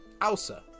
Alsa